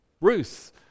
Ruth